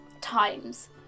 times